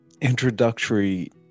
introductory